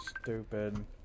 stupid